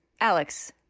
Alex